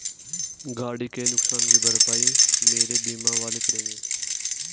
गाड़ी के नुकसान की भरपाई मेरे बीमा वाले करेंगे